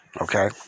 Okay